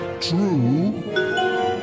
true